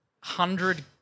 Hundred